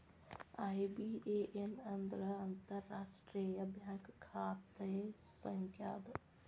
IBAN ಅಂದ್ರ ಅಂತಾರಾಷ್ಟ್ರೇಯ bank ಖಾತೆ ಸಂಖ್ಯಾ ಅದ